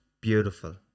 beautiful